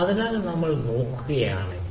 അതിനാൽ നമ്മൾ നോക്കുകയാണെങ്കിൽ